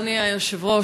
אדוני היושב-ראש,